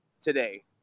today